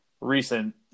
recent